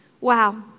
Wow